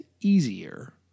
easier